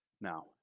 Now